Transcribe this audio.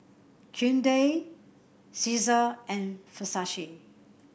Hyundai Cesar and Versace